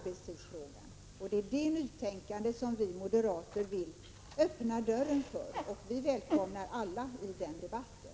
Det är det nytänkandet som vi moderater vill öppna dörren för, och vi välkomnar alla i den debatten.